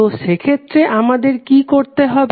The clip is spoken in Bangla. তো সেক্ষেত্রে আমাদের কি করতে হবে